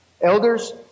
Elders